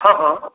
हँ हँ